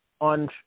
on